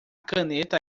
caneta